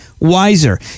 wiser